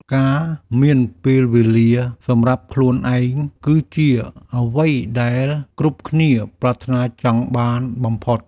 ការមានពេលវេលាសម្រាប់ខ្លួនឯង គឺជាអ្វីដែលគ្រប់គ្នាប្រាថ្នាចង់បានបំផុត។